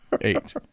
Eight